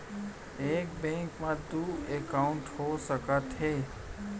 एक बैंक में दू एकाउंट हो सकत हे?